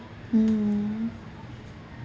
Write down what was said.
mm